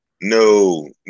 No